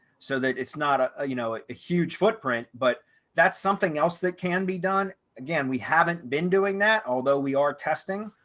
so that it's not ah a, you know, a huge footprint, but that's something else that can be done. again, we haven't been doing that although we are testing,